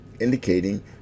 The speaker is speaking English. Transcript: indicating